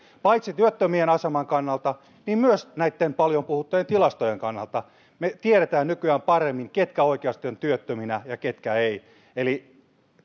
paitsi työttömien aseman kannalta myös näitten paljon puhuttujen tilastojen kannalta me tiedämme nykyään paremmin ketkä oikeasti ovat työttöminä ja ketkä eivät eli